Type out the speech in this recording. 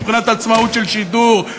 מבחינת עצמאות של שידור,